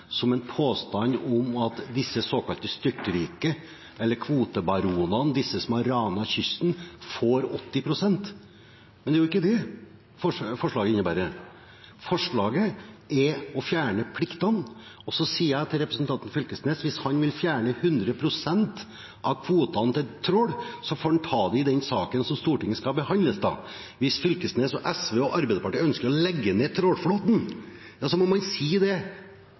er jo ikke det forslaget innebærer. Forslaget er å fjerne pliktene. Og så sier jeg til representanten Fylkesnes: Hvis han vil fjerne 100 pst. av kvotene til trål, får han ta det i den saken som Stortinget skal behandle da. Hvis Fylkesnes og SV og Arbeiderpartiet ønsker å legge ned trålflåten, må man si det. Så kan man gjerne forskottere det